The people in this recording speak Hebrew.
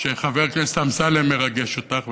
אני מבין שחבר הכנסת אמסלם מרגש אותך,